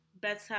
better